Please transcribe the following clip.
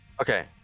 okay